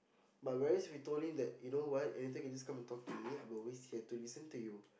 but whereas we told him that you know what anything you can just come and talk to me I'm always here to listen to you